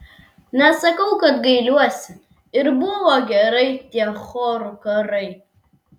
nesakau kad gailiuosi ir buvo gerai tie chorų karai